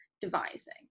devising